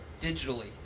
digitally